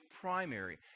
primary